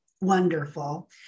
wonderful